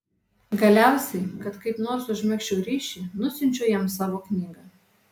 galiausiai kad kaip nors užmegzčiau ryšį nusiunčiau jam savo knygą